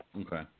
Okay